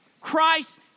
Christ